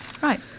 Right